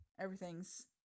everything's